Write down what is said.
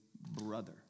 brother